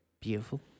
Beautiful